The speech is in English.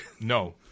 no